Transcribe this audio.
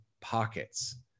pockets